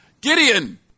Gideon